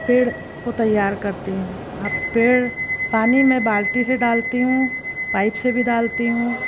पेड़ को तैयार करती हूँ अब पेड़ पानी मैं बाल्टी से डालती हूँ पाइप से भी डालती हूँ